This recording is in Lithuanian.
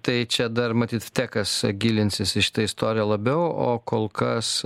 tai čia dar matyt tie kas gilinsis į šitą istoriją labiau o kol kas